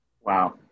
Wow